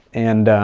and